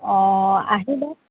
অঁ আহিবা